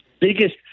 biggest